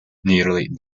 nearly